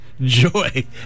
joy